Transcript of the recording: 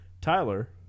Tyler